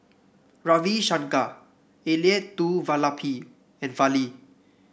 Ravi Shankar Elattuvalapil and Fali